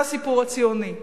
זה הסיפור הציוני.